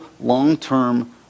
long-term